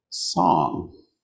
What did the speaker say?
song